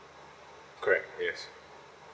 correct yes